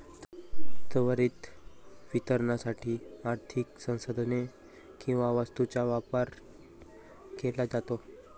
त्वरित वितरणासाठी आर्थिक संसाधने किंवा वस्तूंचा व्यापार केला जातो